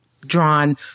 drawn